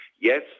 Yes